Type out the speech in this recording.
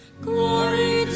Glory